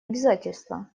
обязательства